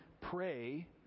pray